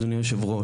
אדוני היושב-ראש,